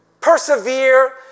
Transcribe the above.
persevere